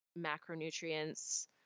macronutrients